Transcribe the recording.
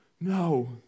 No